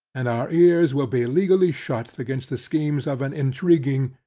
and our ears will be legally shut against the schemes of an intriguing,